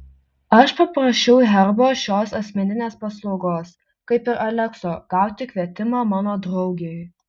aš paprašiau herbo šios asmeninės paslaugos kaip ir alekso gauti kvietimą mano draugei